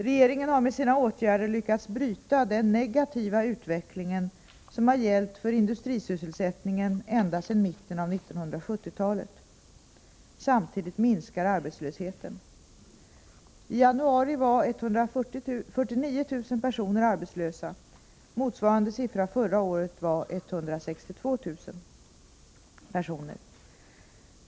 Regeringen har med sina åtgärder lyckats bryta den negativa utveckling som har gällt för industrisysselsättningen ända sedan mitten av 1970-talet. Samtidigt minskar arbetslösheten. I januari var 149 000 personer arbetslösa. Motsvarande siffra förra året var 162 000 personer.